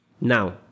Now